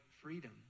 freedom